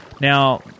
Now